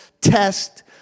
test